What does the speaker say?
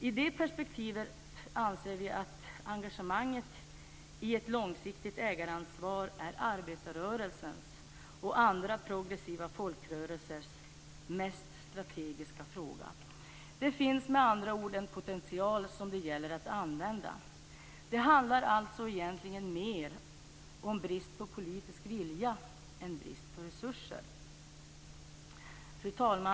I det perspektivet anser vi att engagemanget i ett långsiktigt ägaransvar är arbetarrörelsens och andra progressiva folkrörelsers mest strategiska fråga. Det finns med andra ord en potential som det gäller att använda. Det handlar alltså egentligen mer om brist på politisk vilja än brist på resurser. Fru talman!